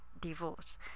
divorce